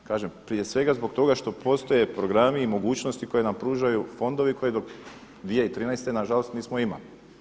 Kažem prije svega zbog toga što postoje programi i mogućnosti koje nam pružaju fondovi koje do 2013. na žalost nismo imali.